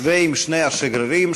ועם שני השגרירים,